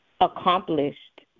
accomplished